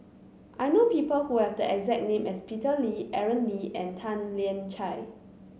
I know people who have the exact name as Peter Lee Aaron Lee and Tan Lian Chye